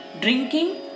drinking